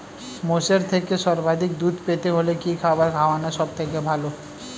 মোষের থেকে সর্বাধিক দুধ পেতে হলে কি খাবার খাওয়ানো সবথেকে ভালো?